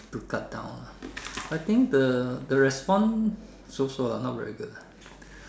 to cut down lah I think the the response so so lah not very good lah